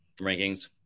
rankings